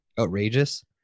outrageous